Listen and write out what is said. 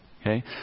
Okay